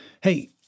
Hey